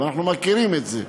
ואנחנו מכירים את זה.